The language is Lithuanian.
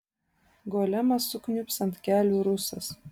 golemas sukniubs ant kelių rusas